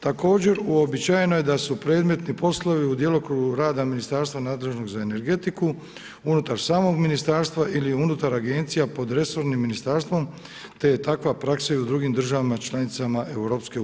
Također uobičajeno je da su predmetni poslovi u djelokrugu rada ministarstva nadležnog za energetiku unutar samog ministarstva ili unutar agencija pod resornim ministarstvom te je takva praksa i u drugim državama članicama EU.